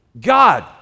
God